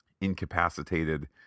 incapacitated